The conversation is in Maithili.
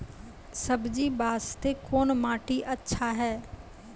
सब्जी बास्ते कोन माटी अचछा छै?